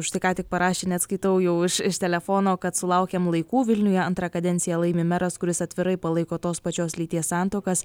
štai ką tik parašė net skaitau jau iš telefono kad sulaukėm laikų vilniuje antrą kadenciją laimi meras kuris atvirai palaiko tos pačios lyties santuokas